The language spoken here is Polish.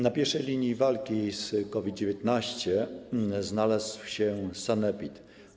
Na pierwszej linii walki z COVID-19 znalazł się sanepid.